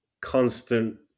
constant